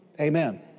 amen